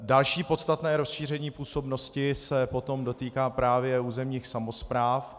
Další podstatné rozšíření působnosti se potom dotýká právě územních samospráv.